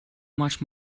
much